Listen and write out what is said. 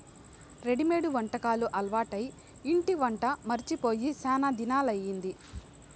readymade వంటకాలు అలవాటై ఇంటి వంట మరచి పోయి శానా దినాలయ్యింది